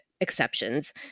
exceptions